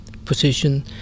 position